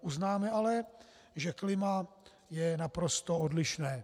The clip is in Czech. Uznáme ale, že klima je naprosto odlišné.